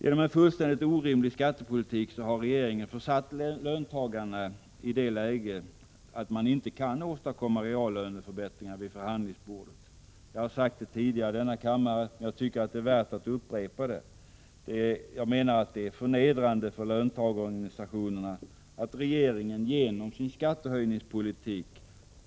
Genom en fullständigt orimlig skattepolitik har regeringen försatt löntagarna i det läget att man inte kan åstadkomma reallöneförbättringar vid förhandlingsbordet. Jag har sagt det tidigare i denna kammare, men jag tycker det är värt att upprepa det. Jag menar att det är förnedrande för löntagarorganisationerna att regeringen genom sin skattehöjningspolitik